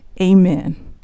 Amen